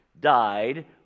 died